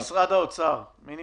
עמרי ממשרד האוצר, בבקשה.